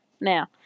now